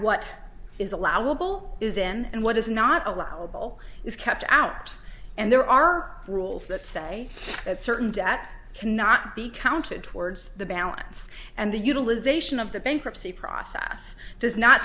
what is allowable is in and what is not allowable is kept out and there are rules that say that certain debt cannot be counted towards the balance and the utilization of the bankruptcy process does not